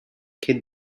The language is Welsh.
cyn